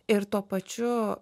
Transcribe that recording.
ir tuo pačiu